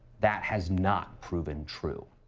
that has not proven true.